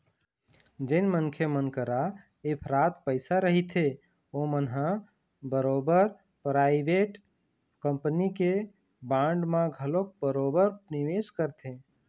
जेन मनखे मन करा इफरात पइसा रहिथे ओमन ह बरोबर पराइवेट कंपनी के बांड म घलोक बरोबर निवेस करथे